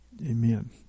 Amen